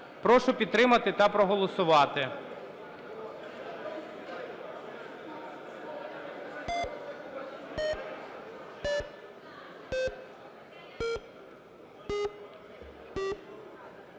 Прошу підтримати та проголосувати.